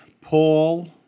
Paul